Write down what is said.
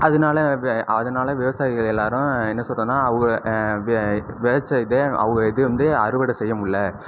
அதனால அதனால விவசாயிகள் எல்லாரும் என்ன சொல்லுறதுனா அவக விளைச்சல் இது அவக இது வந்து அறுவடை செய்யமுல்ல